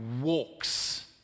walks